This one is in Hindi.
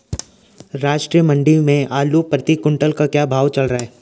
राष्ट्रीय मंडी में आलू प्रति कुन्तल का क्या भाव चल रहा है?